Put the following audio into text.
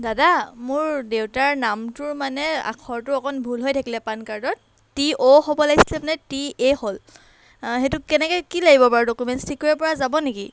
দাদা মোৰ দেউতাৰ নামটোৰ মানে আখৰটো অকণ ভুল হৈ থাকিলে পান কাৰ্ডত টি অ' হ'ব লাগিছিলে মানে টি এ হ'ল সেইটো কেনেকৈ কি লাগিব বাৰু ডকুমেণ্টছ ঠিক কৰিবপৰা যাব নেকি